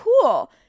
cool